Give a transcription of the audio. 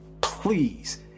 please